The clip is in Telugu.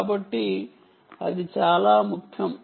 కాబట్టి అది చాలా ముఖ్యం